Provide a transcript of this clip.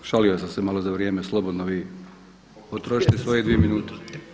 Šalio sam se malo za vrijeme, slobodno vi potrošite svoje dvije minute.